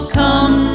come